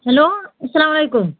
hello اسلام علیکُم